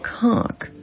cock